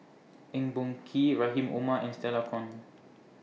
Eng Boh Kee Rahim Omar and Stella Kon